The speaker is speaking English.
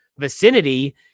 Vicinity